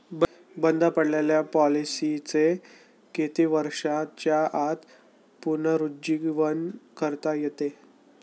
बंद पडलेल्या पॉलिसीचे किती वर्षांच्या आत पुनरुज्जीवन करता येते?